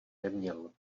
neměl